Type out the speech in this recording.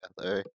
Hello